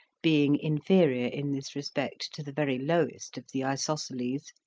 being inferior in this respect to the very lowest of the, isosceles,